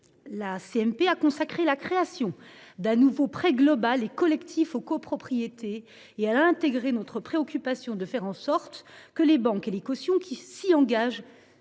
a consacré la création d’un nouveau prêt global et collectif aux copropriétés et a tenu compte de notre préoccupation de faire en sorte que les banques et les cautions s’y engagent